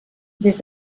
des